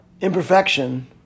Imperfection